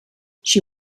she